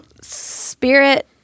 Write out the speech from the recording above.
spirit